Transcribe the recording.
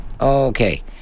okay